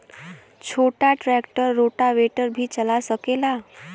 छोटा tractor rotavator भी चला सकेला?